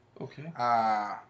Okay